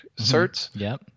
certs